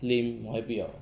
lame 我才不要